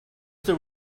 there